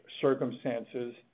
circumstances